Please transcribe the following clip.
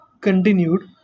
continued